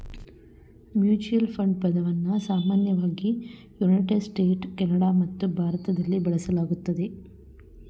mutual fund ಪದವನ್ನ ಸಾಮಾನ್ಯವಾಗಿ United States, Canada ಮತ್ತು ಭಾರತದಲ್ಲಿ ಬಳಸಲಾಗುತ್ತೆ